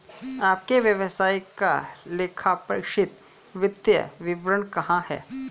आपके व्यवसाय का लेखापरीक्षित वित्तीय विवरण कहाँ है?